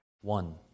One